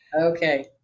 Okay